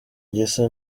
igisa